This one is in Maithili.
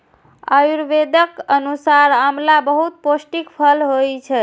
आयुर्वेदक अनुसार आंवला बहुत पौष्टिक फल होइ छै